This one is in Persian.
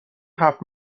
هفت